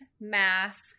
mask